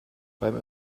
beim